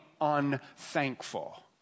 unthankful